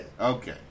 Okay